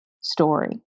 story